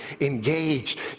engaged